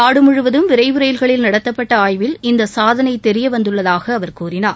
நாடு முழுவதும் விரைவு ரயில்களில் நடத்தப்பட்ட ஆய்வில் இந்த சாதனை தெரிவந்துள்ளதாக அவர் கூறினார்